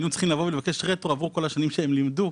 היינו צריכים לבוא ולבקש רטרואקטיבית עבור כל השנים שהם לימדו.